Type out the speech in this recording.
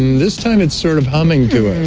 this time it's sort of humming to us.